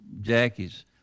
Jackie's